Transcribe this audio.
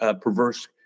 perverse